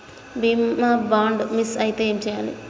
బీమా bond miss అయితే ఏం చేయాలి?